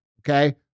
Okay